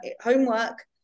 homework